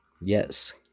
yes